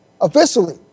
officially